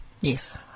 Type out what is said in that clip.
Yes